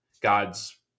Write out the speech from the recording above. God's